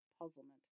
puzzlement